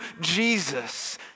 Jesus